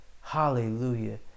hallelujah